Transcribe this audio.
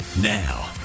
Now